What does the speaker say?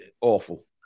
awful